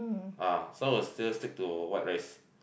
uh so will still stick to white rice